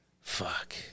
Fuck